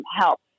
help